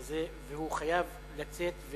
והוא חייב לצאת,